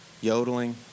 yodeling